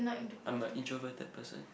I'm a introverted person